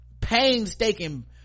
painstaking